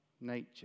nature